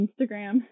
Instagram